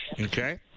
okay